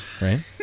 Right